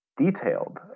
detailed